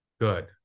Good